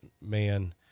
man